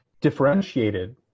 differentiated